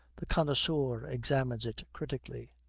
the connoisseur examines it critically.